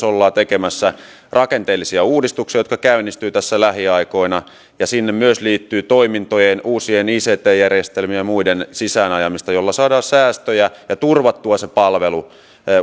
ollaan tekemässä rakenteellisia uudistuksia jotka käynnistyvät tässä lähiaikoina siihen myös liittyy toimintojen tehostamista uusien ict järjestelmien ja muiden sisään ajamista millä saadaan säästöjä ja turvattua se palvelu